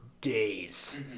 days